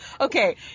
Okay